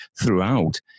throughout